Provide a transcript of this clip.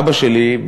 אבא שלי,